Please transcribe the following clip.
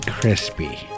crispy